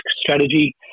strategy